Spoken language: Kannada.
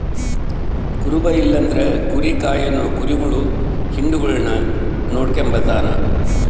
ಕುರುಬ ಇಲ್ಲಂದ್ರ ಕುರಿ ಕಾಯೋನು ಕುರಿಗುಳ್ ಹಿಂಡುಗುಳ್ನ ನೋಡಿಕೆಂಬತಾನ